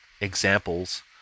examples